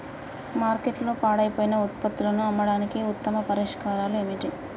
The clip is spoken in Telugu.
మార్కెట్లో పాడైపోయిన ఉత్పత్తులను అమ్మడానికి ఉత్తమ పరిష్కారాలు ఏమిటి?